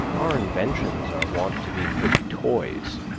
our inventions are wont to be pretty toys,